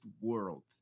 world